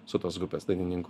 su tos grupės dainininku